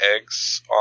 eggs